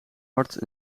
hart